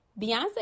Beyonce